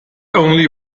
only